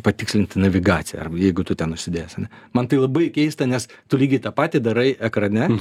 patikslint navigaciją arba jeigu tu ten užsidėjęs ane man tai labai keista nes tu lygiai tą patį darai ekrane